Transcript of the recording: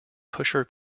pusher